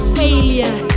failure